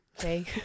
Okay